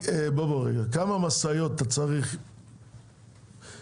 אבל בטווח המידי אתה צריך השקעה כי אתה צריך את המשאיות.